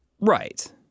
Right